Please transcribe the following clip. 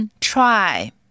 try